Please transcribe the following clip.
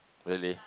really